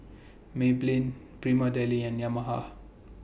Maybelline Prima Deli and Yamaha